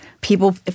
People